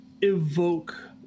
evoke